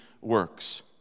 works